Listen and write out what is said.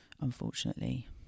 unfortunately